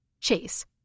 Chase